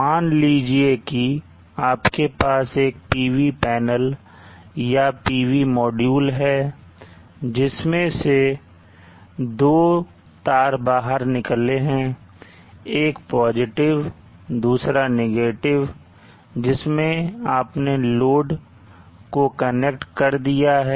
मान लीजिए कि आपके पास एक PV पैनल या PV मॉड्यूल है जिसमें से दो तार बाहर निकले हैं एक पॉजिटिव और दूसरा नेगेटिव जिसमें आपने लोड को कनेक्ट कर दिया है